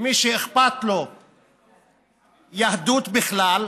למי שאכפת לו יהדות בכלל,